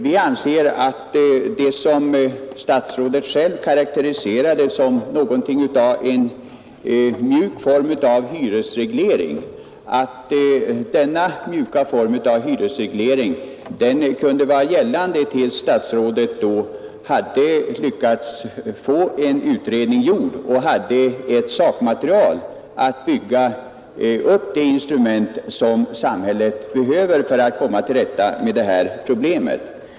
Vi anser att det som statsrådet själv karakteriserat som något av en mjuk form av hyresreglering kunde vara gällande tills statsrådet hade lyckats få en utredning gjord och hade ett sakmaterial att bygga upp det instrument på som samhället behöver för att komma till rätta med dessa problem.